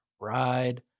ride